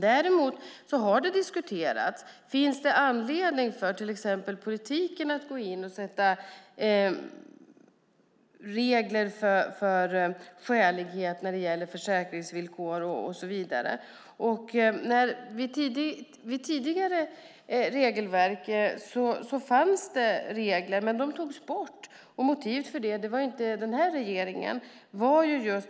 Däremot har det diskuterats om det finns anledning för politiken att gå in och sätta regler för skälighet när det gäller försäkringsvillkor och så vidare. I tidigare regelverk fanns det sådana regler, men de togs bort. Det var inte den nuvarande regeringen som gjorde det.